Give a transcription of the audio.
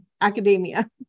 academia